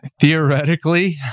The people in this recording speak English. Theoretically